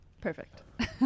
Perfect